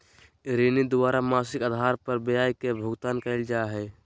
ऋणी द्वारा मासिक आधार पर ब्याज के भुगतान कइल जा हइ